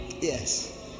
Yes